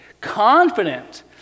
confident